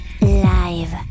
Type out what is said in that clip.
live